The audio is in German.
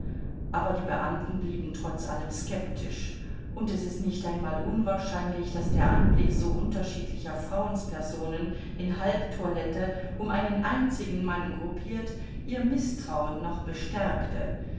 aber die beamten blieben trotz allem skeptisch und es ist nicht einmal unwahrscheinlich daß der anblick so unterschiedlicher frauenspersonen in halbtoilette um einen einzigen mann gruppiert ihr mißtrauen noch bestärkte